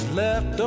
left